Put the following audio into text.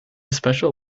special